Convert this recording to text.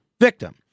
victim